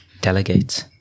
delegates